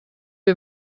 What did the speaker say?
wir